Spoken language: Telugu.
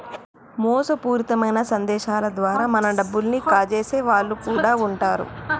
మోసపూరితమైన సందేశాల ద్వారా మన డబ్బుల్ని కాజేసే వాళ్ళు కూడా వుంటరు